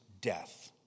death